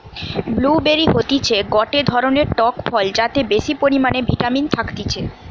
blue বেরি হতিছে গটে ধরণের টক ফল যাতে বেশি পরিমানে ভিটামিন থাকতিছে